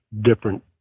different